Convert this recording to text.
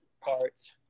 parts